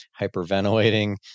hyperventilating